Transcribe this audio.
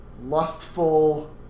lustful